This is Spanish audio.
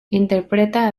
interpreta